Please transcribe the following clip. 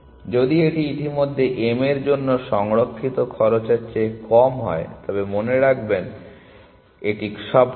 যদি এটি ইতিমধ্যে m এর জন্য সংরক্ষিত খরচের চেয়ে কম হয় তবে মনে রাখবেন এটি সব খোলা